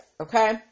Okay